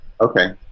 Okay